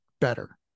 better